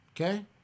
okay